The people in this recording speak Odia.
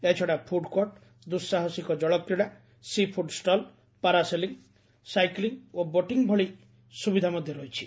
ଏହାଛଡା ଫୁଡକୋର୍ଟ ଦୁଃସାହସିକ ଜଳକ୍ରୀଡା ସିଫୁଡ ଷ୍ଟଲ ପାରାସେଲିଂ ସାଇକ୍ଟିଂ ଓ ବୋଟିଂ ଭଳି ଭଳି ସୁବିଧା ମଧ୍ଧ ରହିଛି